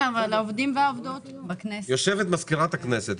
אבל יושבת מזכירת הכנסת,